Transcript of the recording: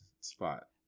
spot